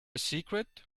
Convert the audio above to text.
secret